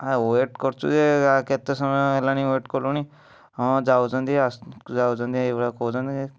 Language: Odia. ହଁ ୱେଟ କରିଛୁ ଯେ ଆଉ କେତେ ସମୟ ହେଲାଣି ୱେଟ କଲୁଣି ହଁ ଯାଉଛନ୍ତି ଆସୁ ଯାଉଛନ୍ତି ଏହିଭଳିଆ କହୁଛନ୍ତି